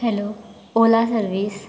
hello ola service